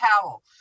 towel